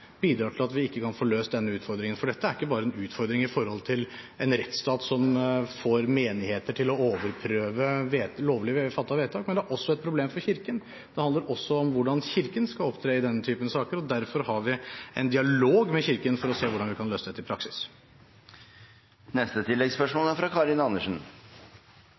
bidrar til at vi ikke kan få løst denne utfordringen, for dette er ikke bare en utfordring med hensyn til en rettsstat som får menigheter til å overprøve lovlig fattede vedtak. Det er også et problem for Kirken. Det handler også om hvordan Kirken skal opptre i denne typen saker, og derfor har vi en dialog med Kirken for å se hvordan vi kan løse dette i